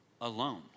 alone